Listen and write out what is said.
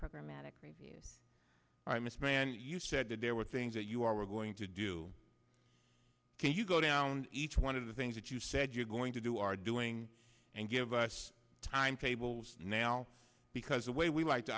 program matic review i mismanaged you said that there were things that you are going to do you go down each one of the things that you said you're going to do are doing and give us time tables now because the way we like to